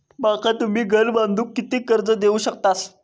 माका तुम्ही घर बांधूक किती कर्ज देवू शकतास?